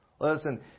Listen